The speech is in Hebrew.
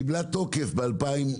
קיבלה תוקף ב-2016.